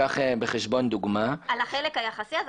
על החלק היחסי.